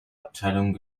abteilung